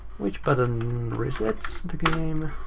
which button resets the game?